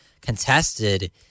contested